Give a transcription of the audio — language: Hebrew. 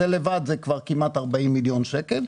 זה לבד כמעט 40 מיליון שקל.